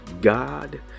god